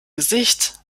gesicht